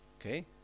Okay